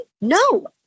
No